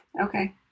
Okay